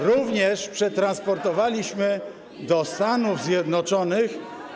Również przetransportowaliśmy do Stanów Zjednoczonych.